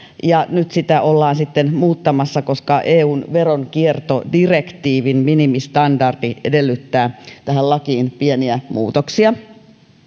nyt sitä ollaan sitten muuttamassa koska eun veronkiertodirektiivin minimistandardi edellyttää tähän lakiin pieniä muutoksia